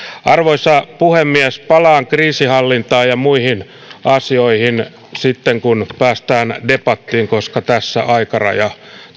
arvoisa puhemies palaan kriisinhallintaan ja muihin asioihin sitten kun päästään debattiin koska tässä aikaraja